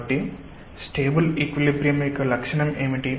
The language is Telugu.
కాబట్టి స్టెబుల్ ఈక్విలిబ్రియమ్ యొక్క లక్షణం ఏమిటి